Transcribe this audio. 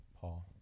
Paul